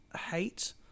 hate